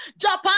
japan